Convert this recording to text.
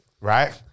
right